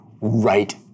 right